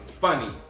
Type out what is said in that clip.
funny